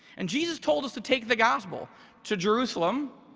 and jesus told us to take the gospel to jerusalem,